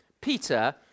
Peter